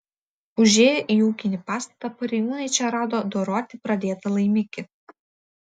užėję į ūkinį pastatą pareigūnai čia rado doroti pradėtą laimikį